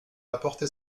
apporter